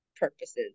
Purposes